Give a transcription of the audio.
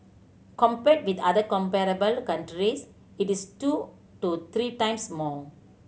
compared with other comparable countries it is two to three times more